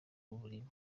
muribo